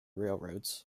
railroads